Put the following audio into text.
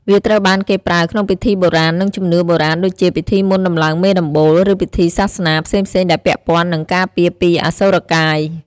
វាត្រូវបានគេប្រើក្នុងពិធីបុរាណ និងជំនឿបុរាណ ដូចជា ពិធីមុនដំឡើងមេដំបូល ឬពិធីសាសនា ផ្សេងៗដែលពាក់ព័ន្ធនឹងការពារពីអសូរកាយ។